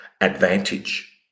advantage